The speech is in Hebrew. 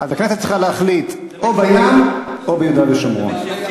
אז הכנסת צריכה להחליט: או בים או ביהודה ושומרון.